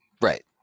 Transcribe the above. Right